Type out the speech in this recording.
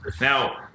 now